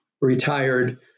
retired